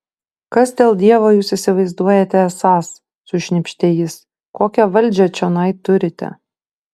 kas dėl dievo jūs įsivaizduojate esąs sušnypštė jis kokią valdžią čionai turite